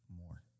more